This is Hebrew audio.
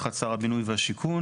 תחת שר הבינוי והשיכון,